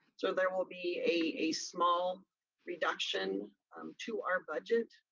so there will be a small reduction to our budget,